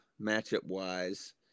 matchup-wise